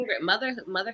Motherhood